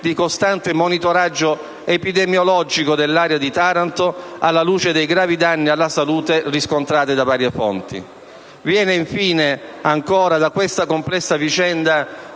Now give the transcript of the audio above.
di costante monitoraggio epidemiologico dell'area di Taranto, alla luce dei gravi danni alla salute riscontrati da varie fonti. Viene, infine, da questa complessa vicenda